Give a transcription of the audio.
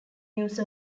use